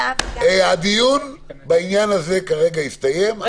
הדיון בעניין הזה כרגע הסתיים.